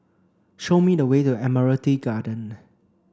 show me the way to Admiralty Garden